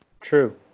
True